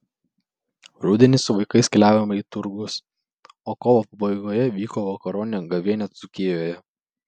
rudenį su vaikais keliavome į turgus o kovo pabaigoje vyko vakaronė gavėnia dzūkijoje